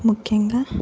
ముఖ్యంగా